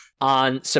on